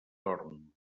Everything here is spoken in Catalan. torn